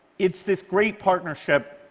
it's this great partnership.